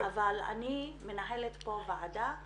אבל אני מנהלת פה ועדה מאוד עניינית.